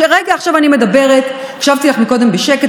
בת 23. עמנואל מייצג במאבקו את כל המשפחות